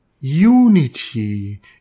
Unity